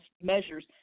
measures